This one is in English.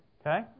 Okay